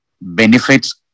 benefits